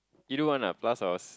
you do one ah plus or